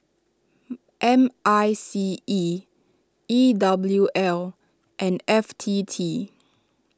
M I C E E W L and F T T